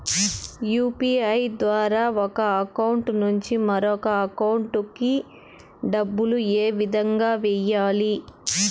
UPI ద్వారా ఒక account నుంచి మరొక అకౌంట్ కి డబ్బులు ఏ విధంగా వెయ్యాలి